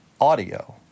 audio